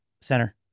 Center